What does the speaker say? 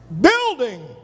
building